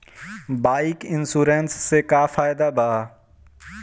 Bike insurance से का फायदा बा?